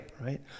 right